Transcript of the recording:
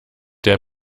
der